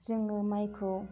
जोङो माइखौ